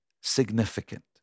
significant